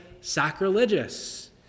sacrilegious